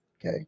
okay